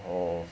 oh